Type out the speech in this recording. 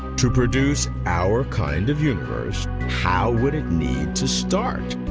to produce our kind of universe, how would it need to start?